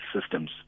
systems